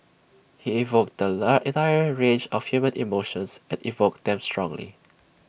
he evoked the entire range of human emotions and evoked them strongly